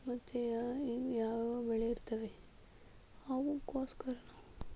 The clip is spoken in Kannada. ಮತ್ತೆ ಯಾ ಇನ್ನು ಯಾವ ಬೆಳೆ ಇರ್ತವೆ ಅವಕ್ಕೋಸ್ಕರ ನಾವು